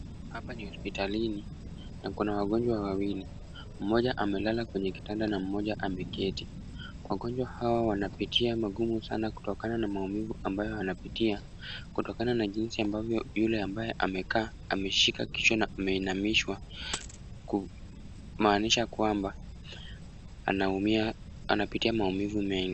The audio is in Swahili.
Hapa ni hospitalini na kuna wagonjwa wawili. Mmoja amelala kwenye kitanda na mmoja ameketi. Wagonjwa hawa wanapitia magumu sana kutokana na maumivu amabayo wanayopitia, kutokana na jinsi ambavyo yule ambaye amekaa ameshika kichwa na ameinamishwa, kumaanisha kwamba anaumia anapitia maumivu mengi.